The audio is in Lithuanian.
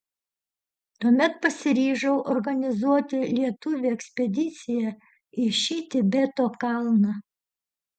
tuomet pasiryžau organizuoti lietuvių ekspediciją į šį tibeto kalną